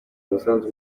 umusanzu